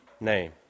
name